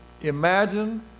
imagine